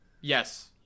Yes